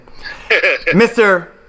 Mr